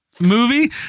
movie